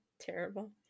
Terrible